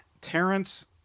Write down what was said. Terrence